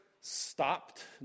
stopped